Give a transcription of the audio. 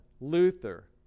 Luther